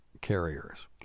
carriers